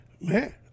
man